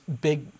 big